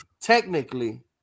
technically